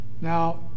now